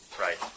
Right